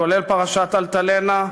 כולל פרשת "אלטלנה".